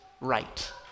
right